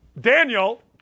Daniel